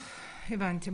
טוב, הבנתי.